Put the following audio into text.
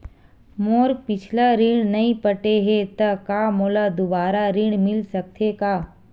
मोर पिछला ऋण नइ पटे हे त का मोला दुबारा ऋण मिल सकथे का?